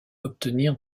obtenir